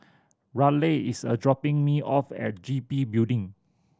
Raleigh is a dropping me off at G B Building